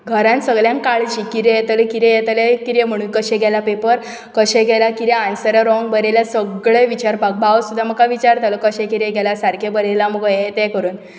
घरान सगल्यांग काळजी कितें येतलें कितें येतलें कितें म्हुणू कशे गेला पेपर कशे गेला कितें आन्सरां रॉंग बरयला सगळें विचारपाक भाव सुद्दां म्हाका विचारतालो कशें कितें गेलां सारकें बरयलां मुगो हें तें करून